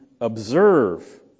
observe